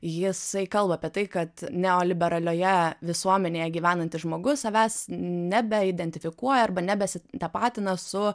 jisai kalba apie tai kad neoliberalioje visuomenėje gyvenantis žmogus savęs nebeidentifikuoja arba nebesitapatina su